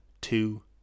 two